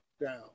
down